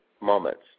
moments